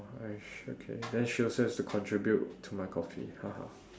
!hais! okay then she also has to contribute to my coffee